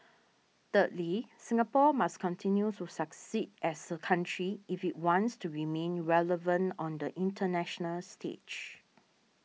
thirdly Singapore must continue to succeed as a country if it wants to remain relevant on the international stage